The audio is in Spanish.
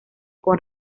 con